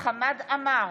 חמד עמאר,